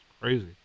crazy